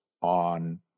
on